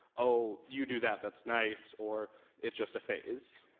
oh, you do that, that's nice, or it's just a phase,